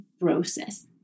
process